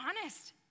honest